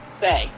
say